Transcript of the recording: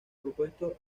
propuesto